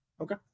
Okay